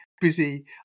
Busy